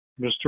Mr